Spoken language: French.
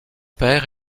père